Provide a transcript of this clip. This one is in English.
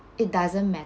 it doesn't matter